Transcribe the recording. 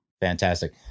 Fantastic